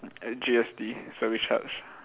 add G_S_T service charge